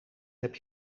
heb